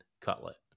cutlet